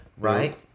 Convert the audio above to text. Right